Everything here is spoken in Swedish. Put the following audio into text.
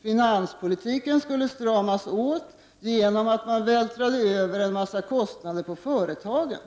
Finanspolitiken skulle stramas åt genom att man vältrade över en massa extra kostnader på företagen.